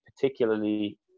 particularly